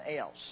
else